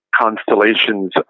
constellations